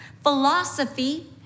philosophy